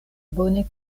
bone